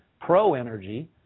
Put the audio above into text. pro-energy